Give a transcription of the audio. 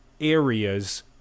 areas